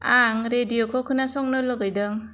आं रेडिअखौ खोनासंनो लुगैदों